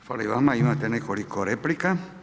Hvala i vama, imate nekoliko replika.